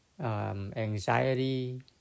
anxiety